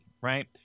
right